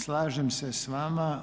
Slažem se s vama.